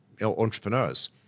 entrepreneurs